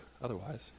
otherwise